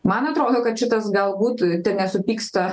man atrodo kad šitas galbūt tenesupyksta